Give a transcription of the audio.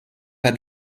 pas